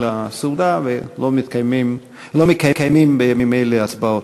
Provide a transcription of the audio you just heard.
ל"א הישיבה השלושים-ואחת של הכנסת העשרים יום שני,